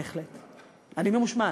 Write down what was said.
בהחלט, אני ממושמעת.